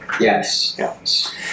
Yes